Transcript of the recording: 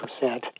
percent